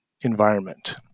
environment